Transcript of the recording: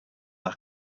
our